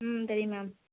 ம் தெரியும் மேம்